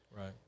right